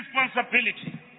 responsibility